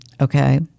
okay